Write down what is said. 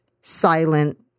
silent